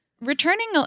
Returning